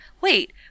wait